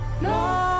No